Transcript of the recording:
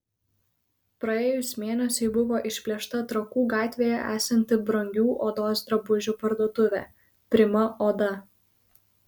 praėjus mėnesiui buvo išplėšta trakų gatvėje esanti brangių odos drabužių parduotuvė prima oda